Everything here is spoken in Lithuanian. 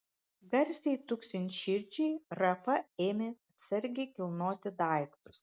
garsiai tuksint širdžiai rafa ėmė atsargiai kilnoti daiktus